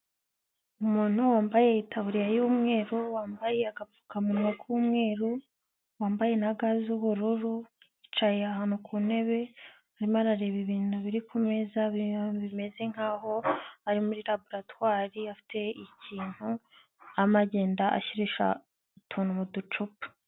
Umuntu wambaye itaburiya y'umweru, wambaye agapfukamunwa k'umweru, wambaye na ga z'ubururu, yicaye ahantu ku ntebe arimo arareba ibintu biri ku meza bimeze nk'aho ari muri laboratware, afite ikintu arimo agenda ashyirisha utuntu mu ducupa.